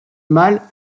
mâle